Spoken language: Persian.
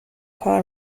کار